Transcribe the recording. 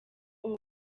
ubu